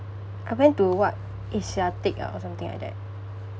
I went to what asiatique ah or something like that